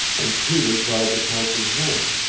and peter tried to comprehend.